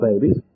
babies